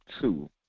two